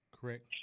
Correct